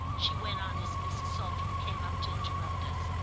she went on as mrs. saltram came up to interrupt us.